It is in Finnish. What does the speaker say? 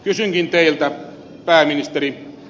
kysynkin teiltä pääministeri